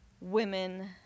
women